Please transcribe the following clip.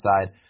side